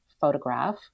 photograph